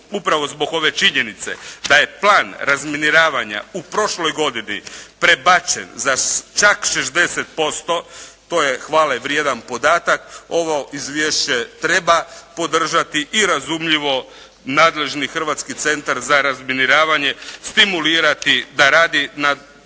upravo zbog ove činjenice da je plan razminiravanja u prošloj godini prebačen za čak 60%. To je hvale vrijedan podatak. Ovo izvješće treba podržati i razumljivo nadležni Hrvatski centar za razminiravanje stimulirati da radi na